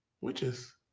Witches